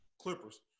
Clippers